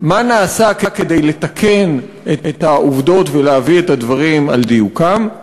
מה נעשה כדי לתקן את העובדות ולהביא את הדברים על דיוקם?